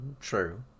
true